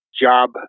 job